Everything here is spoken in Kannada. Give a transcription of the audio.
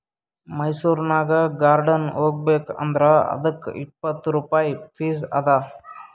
ಮೈಸೂರನಾಗ್ ಗಾರ್ಡನ್ ಹೋಗಬೇಕ್ ಅಂದುರ್ ಅದ್ದುಕ್ ಇಪ್ಪತ್ ರುಪಾಯಿ ಫೀಸ್ ಅದಾ